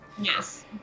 yes